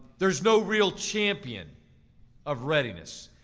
there's no real champion of readiness.